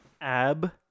Ab